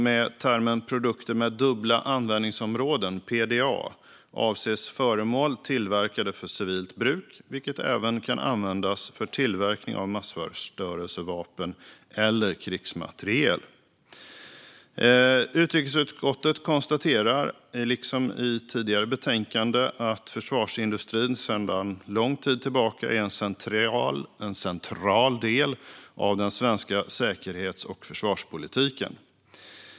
Med termen produkter med dubbla användningsområden, PDA, avses föremål tillverkade för civilt bruk, vilka även kan användas för tillverkning av massförstörelsevapen eller krigsmateriel. Utrikesutskottet konstaterar, liksom i det tidigare betänkandet, att försvarsindustrin sedan lång tid tillbaka är en central del av den svenska säkerhets och försvarspolitiken.